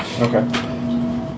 Okay